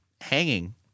hanging